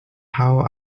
how